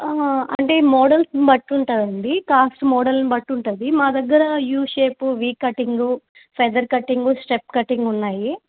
అంటే మోడల్స్ని బట్టి ఉంటదండి కాస్ట్ మోడల్ని బట్టి ఉంటుంది మా దగ్గర U shape V cutting feather cutting step cutting ఉన్నాయి